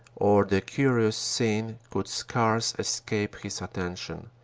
or the curious scene could scarce escape his attention.